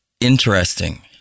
interesting